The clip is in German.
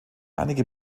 einige